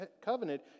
covenant